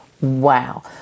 Wow